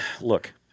look